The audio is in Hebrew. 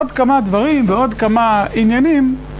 עוד כמה דברים, ועוד כמה עניינים.